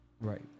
Right